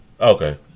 Okay